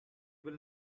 will